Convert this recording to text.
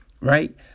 right